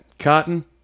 cotton